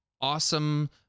awesome